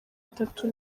itatu